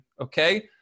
okay